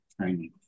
training